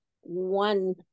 one